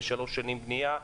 ושלוש שנים בנייה.